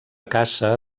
caça